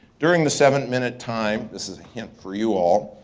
during the seven minute time, this is a hint for you all.